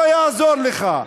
לא יעזור לך.